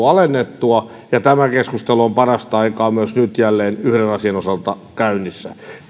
alennettua ja tämä keskustelu on parasta aikaa nyt jälleen yhden asian osalta käynnissä